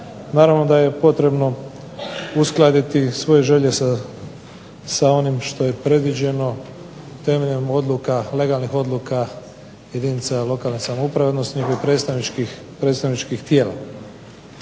naravno da je potrebno uskladiti svoje želje sa onim što je predviđeno temeljem odluka, legalnih odluka jedinica lokalne samouprave, odnosno njihovih predstavničkih tijela.